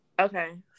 Okay